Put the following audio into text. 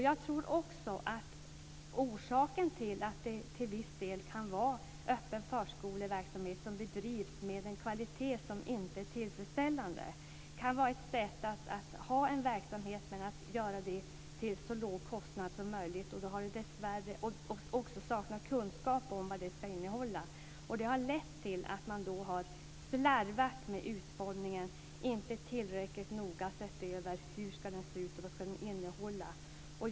Jag tror också att det till viss del kan finnas öppen förskoleverksamhet som bedrivs med en kvalitet som inte är tillfredsställande. Det kan vara ett sätt att ha en verksamhet, men att ha den till så låg kostnad som möjlighet. Det kan också saknas kunskap om vad den skall innehålla. Det har lett till att man har slarvat med utformningen och inte tillräckligt noga sett över hur verksamheten skall se ut och vad den skall innehålla.